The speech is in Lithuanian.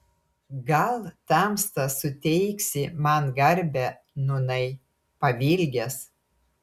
gal tamsta suteiksi man garbę nūnai pavilgęs